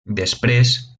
després